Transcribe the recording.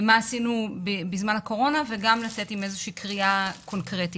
מה עשינו בזמן הקורונה וגם לצאת עם איזו שהיא קריאה קונקרטית.